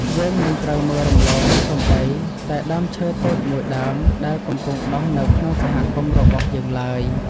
យើងមិនត្រូវមើលរំលងសូម្បីតែដើមឈើតូចមួយដើមដែលកំពុងដុះនៅក្នុងសហគមន៍របស់យើងឡើយ។